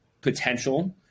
potential